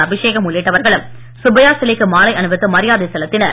அபிஷேகம் உள்ளிட்டவர்களும் சுப்பையா சிலைக்கு மாலை அணிவித்து மரியாதை செலுத்தினர்